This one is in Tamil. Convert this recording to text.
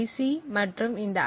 சி மற்றும் இந்த ஐ